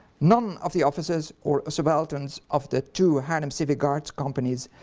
none of the officers or subalterns of the two haarlem civic guard companies,